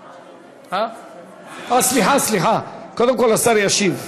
אה, סליחה, סליחה, קודם כול השר ישיב.